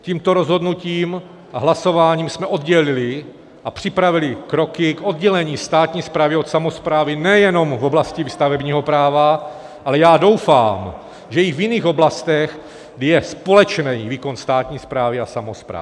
Tímto rozhodnutím a hlasováním jsme oddělili a připravili kroky k oddělení státní správy od samosprávy nejenom v oblasti stavebního práva, ale já doufám, že i v jiných oblastech, kdy je společný výkon státní správy a samosprávy.